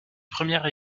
première